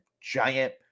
giant